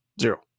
Zero